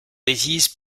bêtises